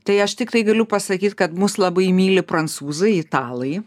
tai aš tiktai galiu pasakyt kad mus labai myli prancūzai italai